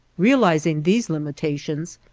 realizing these limitations,